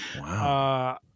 wow